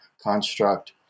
construct